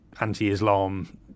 anti-Islam